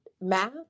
math